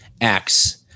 acts